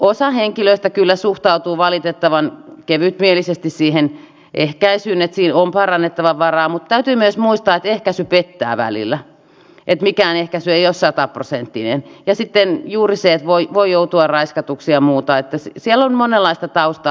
osa henkilöistä kyllä suhtautuu valitettavan kevytmielisesti ehkäisyyn niin että siinä on parannettavan varaa mutta täytyy myös muistaa että ehkäisy pettää välillä että mikään ehkäisy ei ole sataprosenttinen ja sitten on juuri se että voi joutua raiskatuksi ja muuta että siellä on monenlaista taustaa